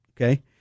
okay